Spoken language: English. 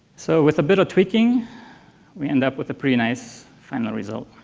so with a bit of tweaking we end up with a pretty nice final result.